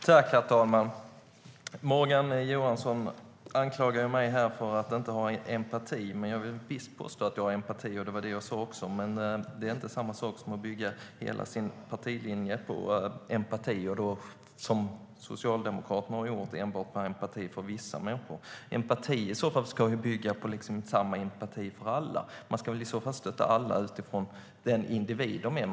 Herr talman! Morgan Johansson anklagar mig för att inte ha empati. Jag påstår att jag visst har empati, och det var också vad jag sa. Men det är inte samma sak som att bygga hela sin partilinje på empati eller, som Socialdemokraterna har gjort, på empati enbart för vissa människor. Empati ska bygga på samma empati för alla. Man ska stötta alla utifrån den individ de är.